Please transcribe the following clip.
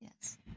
yes